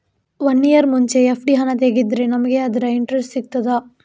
One year ಮುಂಚೆ FD ಹಣ ತೆಗೆದ್ರೆ ನಮಗೆ ಅದರ ಇಂಟ್ರೆಸ್ಟ್ ಸಿಗ್ತದ?